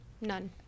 None